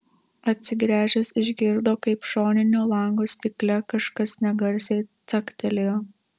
atsigręžęs išgirdo kaip šoninio lango stikle kažkas negarsiai caktelėjo